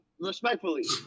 Respectfully